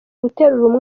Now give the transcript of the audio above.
guterura